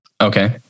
Okay